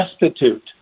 destitute